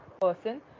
person